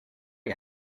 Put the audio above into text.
you